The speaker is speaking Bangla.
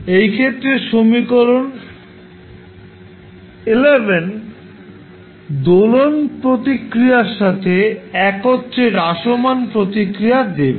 এই ক্ষেত্রে সমীকরণ দোলন প্রতিক্রিয়ার সাথে একত্রে হ্রাসমান প্রতিক্রিয়া দেবে